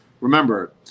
remember